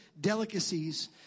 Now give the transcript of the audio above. delicacies